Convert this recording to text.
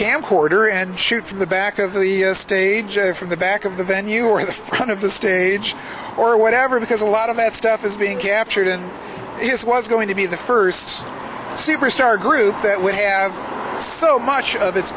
camcorder and shoot from the back of the stage or from the back of the venue or the front of the stage or whatever because a lot of that stuff is being captured and this was going to be the first superstar group that would have so much of it